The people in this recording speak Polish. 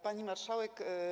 Pani Marszałek!